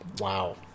wow